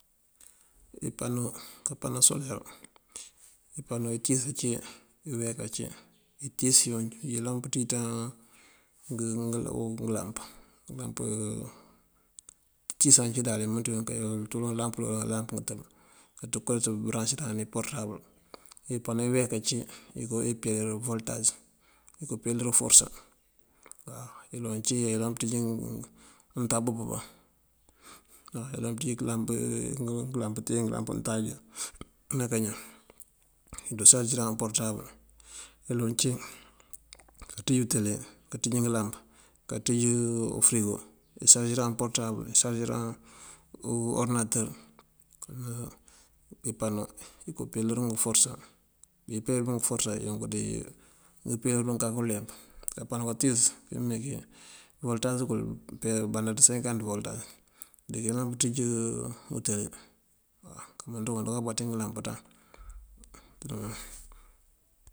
Ipano, kapano soler: itíis ací, iyeek ací. Itíis yun mëyëlan pënţíj ţañ ngëlamp, itíis yun imënţ yun kay mëyëlan punţú ulamp ulole uwala ngëtëb nanţënko bëraŋësiran porëtabël. Ipano iyeek ací inko yí pelër volëtas yuko pelër uforësa waw. Iloŋ cí ayëlan pënţíj untab umpëmban, ayëlan pënţíj ngëlamp untáajá dí kañan, dusarësëran porëtabël. Eloŋ cí kanţíj utele, kanţíj ngëlamp, kanţíj ufërigo, kësarësiran porëtabël, kësarësiran orëdinatër. Ipano iko pelër uforësa, bí pelër dunk uforësa yunk dí impëlër dun kak uleemp. Kapano kantíis kímeekí voltas kël bandáat senkant volëtas di kayëlan pënţíj utele waw kamënţ kuŋ kaduka bá ţí ngëlan ţan.